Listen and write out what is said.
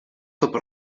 questo